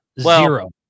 Zero